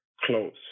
close